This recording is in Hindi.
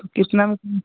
तो कितना मतलब